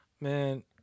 man